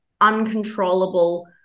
uncontrollable